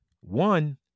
one